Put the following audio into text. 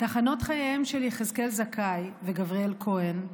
תחנות חייהם של יחזקאל זכאי וגבריאל כהן,